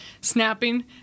snapping